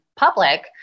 public